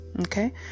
okay